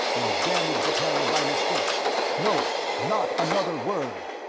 or damaged the panel by mistake no, not another word,